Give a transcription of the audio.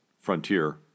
frontier